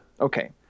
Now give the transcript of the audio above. okay